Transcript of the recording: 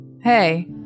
Hey